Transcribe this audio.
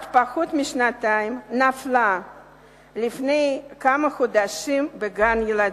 בת פחות משנתיים, נפלה לפני כמה חודשים בגן-ילדים,